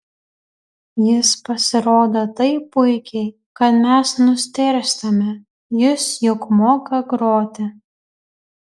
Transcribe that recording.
jis pasirodo taip puikiai kad mes nustėrstame jis juk moka groti